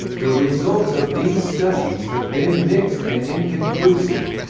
the results of these studies have been mixed and inconclusive.